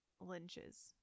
lynches